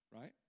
right